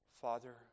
Father